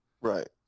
Right